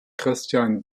christian